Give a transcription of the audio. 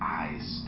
eyes